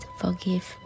forgive